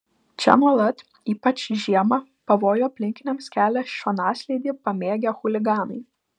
čia nuolat ypač žiemą pavojų aplinkiniams kelia šonaslydį pamėgę chuliganai